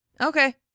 Okay